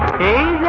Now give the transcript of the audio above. a